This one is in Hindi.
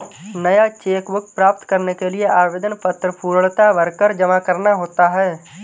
नया चेक बुक प्राप्त करने के लिए आवेदन पत्र पूर्णतया भरकर जमा करना होता है